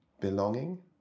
belonging